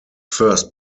first